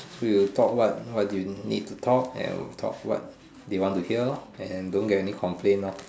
so you talk what what you need to talk and talk what they want to hear lah and don't get any complain ah